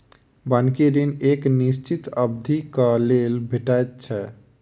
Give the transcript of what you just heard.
बन्हकी ऋण एक निश्चित अवधिक लेल भेटैत छै